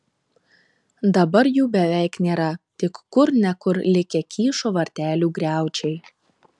dabar jų beveik nėra tik kur ne kur likę kyšo vartelių griaučiai